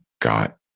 got